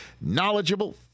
knowledgeable